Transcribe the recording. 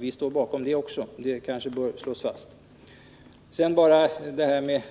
Vi står bakom dem, och det kanske bör slås fast. Vidare är